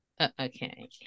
okay